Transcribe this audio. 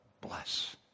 bless